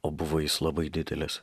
o buvo jis labai didelis